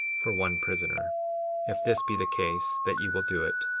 for one prisoner if this be the case that ye will do it,